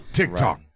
TikTok